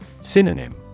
synonym